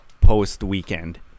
post-weekend